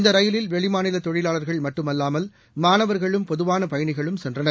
இந்த ரயிலில் வெளிமாநில தொழிலாளர்கள் மட்டுமல்லாமல் மாணவர்களும் பொகுவான பயணிகளும் சென்றனர்